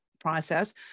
process